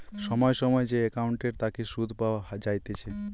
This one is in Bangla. সময় সময় যে একাউন্টের তাকে সুধ পাওয়া যাইতেছে